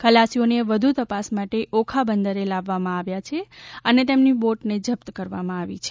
ખલાસીઓને વધુ તપાસ માટે ઓખા બંદરે લાવવામાં આવ્યા છે અને તેમની બોટ ને જપ્ત કરવામાં આવી છે